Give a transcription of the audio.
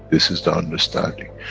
this is the understanding,